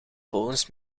volgens